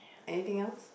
anything else